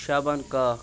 شابان کاک